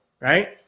right